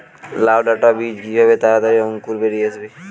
লাউ ডাটা বীজ কিভাবে তাড়াতাড়ি অঙ্কুর বেরিয়ে আসবে?